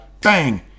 bang